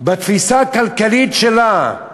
בתפיסה הכלכלית שלה.